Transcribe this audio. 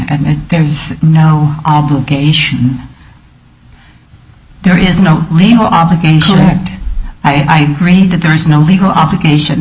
and there is no obligation there is no legal obligation and i agree that there is no legal obligation